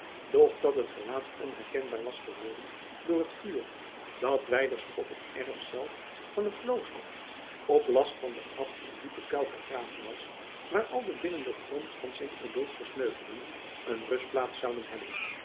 dat het gelaat onkenbaar was geworden door het vuur dat wijders op het erf zelf van het klooster op last van den abt een diepe kuil gegraven was waar al de binnen den grond van sint odulf gesneuvelden een rustplaats zouden hebben